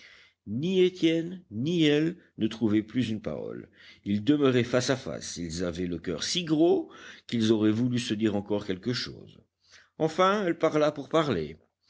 ni étienne ni elle ne trouvaient plus une parole ils demeuraient face à face ils avaient le coeur si gros qu'ils auraient voulu se dire encore quelque chose enfin elle parla pour parler